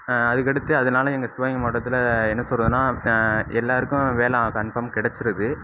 அதுக்கடுத்து அதனால் எங்கள் சிவகங்கை மாவட்டத்தில் என்ன சொல்கிறதுன்னா எல்லோருக்கும் வேலை கன்ஃபார்ம் கெடச்சிருது